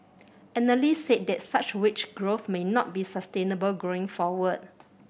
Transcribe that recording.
analysts said that such wage growth may not be sustainable going forward